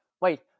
wait